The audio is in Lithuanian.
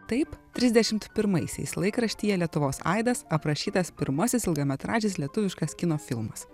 taip trisdešimt pirmaisiais laikraštyje lietuvos aidas aprašytas pirmasis ilgametražis lietuviškas kino filmas